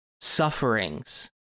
sufferings